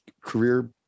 career